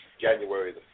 January